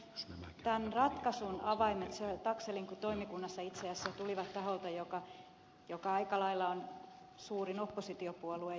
tämän ratkaisun avaimet siellä taxellin toimikunnassa itse asiassa tulivat taholta joka aika lailla on suurin oppositiopuolue